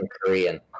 Korean